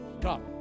Come